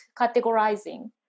categorizing